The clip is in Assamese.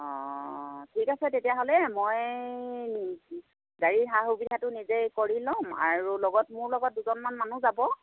অঁ ঠিক আছে তেতিয়াহ'লে মই গাড়ীৰ সা সুবিধাটো নিজে কৰি ল'ম আৰু লগত মোৰ লগত দুজন মান মানুহ যাব